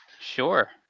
Sure